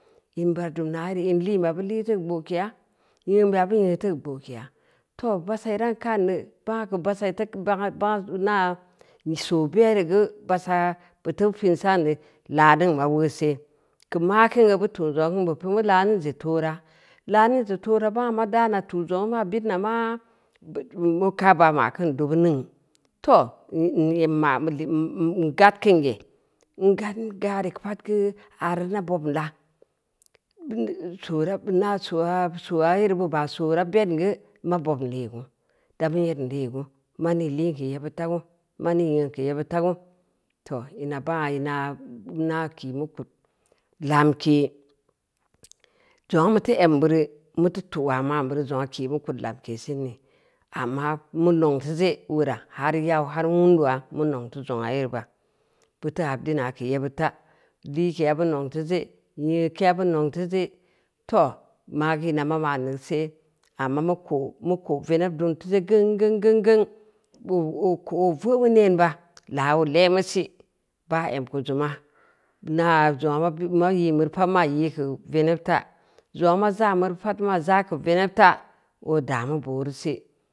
In bira dum na’yere teu in kinbeya bu lii teugeu gbokeya, ngeunbeya bu nyeu teukeu gbo’keya, too, basa iran kanne, bangna basa maa soo bereu geu basa buteu pin sa’nne laanmign ma weuse, keu maa kingu tu’ zongna bu pi’ mu laa-ningn-je-toora, laa-ningn-je-toora bangna ma daana tu’ zongnu maa bidn na maa mu kaa ba’ makin dubu ningn. Too, nma’ ngad kinge, gadn gareu pad geuu, areu na bobm la, sora ina soaa, soayere bub a soo ra bedn geu na bobm leegu? Damu nyedn lee gu, ma nii liin keu yebbid ta geu, ma nii nyeun keu yebbid ta geu? Too, ina bangna ina kii mu kud lamke, zengna muteu em bureu muteu tu’ waa ma’n bure zongna kii mu kud lamke sinde, amma mu nongn teu ze weura har yau, har wundua mu nongn teu zongna yere ba, bu teu babdina keu yebbid ta, lii keya bu ningn teu ze, nyeukeya bu nengn teu zee, too, maagu ina ma ma’n neu see, amma mu ko’ mu ko’ veneb dun teu ze geung-geung-geung-geung, geu oo ko’ oo veu’mu neen ba, laa oo le’mu si, baa em keu zuma, inau zongna ma yi’n bureu pad ma’a yi’ keu veneb ta, zongna ma za’n bureu pad maa za’geu veneb ta, oo daa mu booru si.